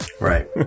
Right